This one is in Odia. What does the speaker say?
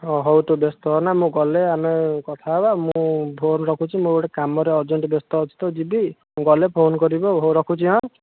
ହ ହଉ ତୁ ବ୍ୟସ୍ତ ହନା ମୁଁ ଗଲେ ଆମେ କଥା ହେବା ମୁଁ ଫୋନ୍ ରଖୁଛି ମୁଁ ଗୋଟେ କାମରେ ଅର୍ଜେଣ୍ଟ୍ ଅଛି ତ ଯିବି ମୁଁ ଗଲେ ଫୋନ୍ କରିବି ଆଉ ହଉ ରଖୁଛି ହାଁ